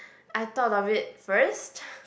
I thought of it first